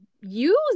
use